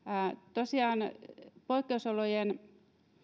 tosiaan poikkeusolojen